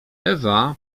ewa